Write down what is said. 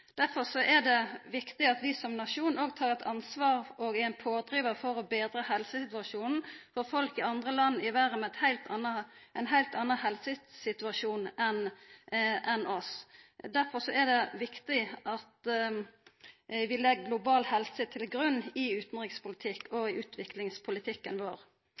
er det viktig at vi som nasjon òg tek eit ansvar og er ein pådrivar for å betra helsesituasjonen for folk i andre land i verda med ein heilt annan helsesituasjon enn vår. Derfor er det viktig at vi legg global helse til grunn i utanrikspolitikken og i utviklingspolitikken vår.